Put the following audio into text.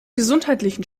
gesundheitlichen